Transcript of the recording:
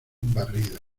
barridos